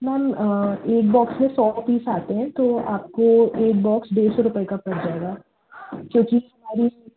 ma'am एक box में सौ पीस आते हैं तो आपको एक बॉक्स दो सौ रुपये का पड़ जाएगा क्योंकि हमारी